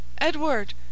Edward